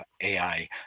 AI